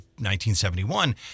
1971